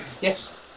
Yes